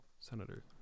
senator